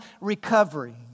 recovery